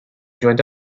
joined